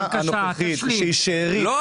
לא להתייחס.